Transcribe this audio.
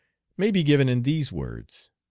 may be given in these words.